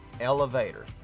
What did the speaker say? elevator